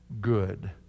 good